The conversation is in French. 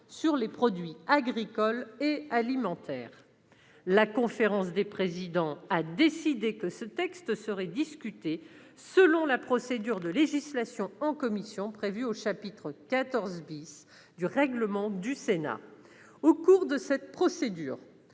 de la commission n° 342, rapport n° 341). La conférence des présidents a décidé que ce texte serait discuté selon la procédure de législation en commission prévue au chapitre XIV du règlement du Sénat. Au cours de cette procédure,